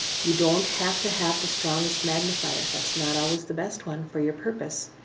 you don't have to have the strongest magnifier. that's not always the best one for your purpose.